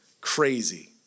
Crazy